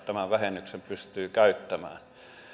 tämän vähennyksen pystyy käyttämään